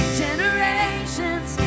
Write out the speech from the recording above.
generations